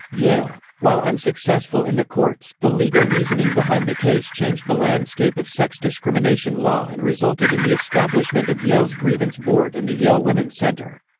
yale. while unsuccessful in the courts, the legal reasoning behind the case changed the landscape of sex discrimination law and resulted in the establishment of yale's grievance board and the yale women's center.